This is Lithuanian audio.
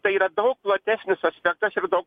tai yra daug platesnis aspektas ir daug